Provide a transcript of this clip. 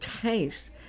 taste